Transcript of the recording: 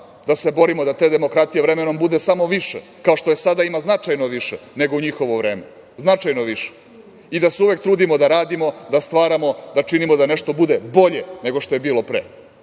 da se borimo da te demokratije vremenom bude samo više kao što je sada ima značajno više nego u njihovo vreme, značajno više i da se uvek trudimo da radimo da stvaramo, da činimo da nešto bude bolje nego što je bilo pre.